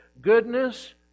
goodness